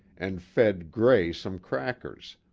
and fed gray some crackers,